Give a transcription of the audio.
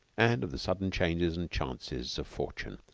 and of the sudden changes and chances of fortune,